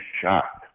shocked